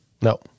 No